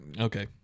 okay